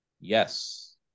yes